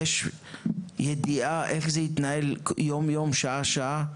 האם יש ידיעה איך זה יתנהל יום-יום, שעה-שעה?